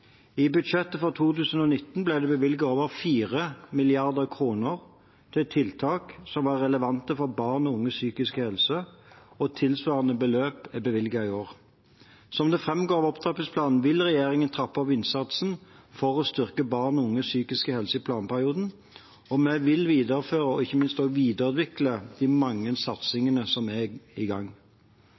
I budsjettet for 2019 ble det bevilget over 4 mrd. kr til tiltak som var relevante for barn og unges psykiske helse, og tilsvarende beløp er bevilget i år. Som det framgår av opptrappingsplanen, vil regjeringen trappe opp innsatsen for å styrke barn og unges psykiske helse i planperioden, og vi vil videreføre og ikke minst videreutvikle de mange satsingene som er i gang.